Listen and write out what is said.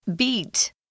beat